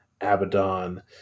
abaddon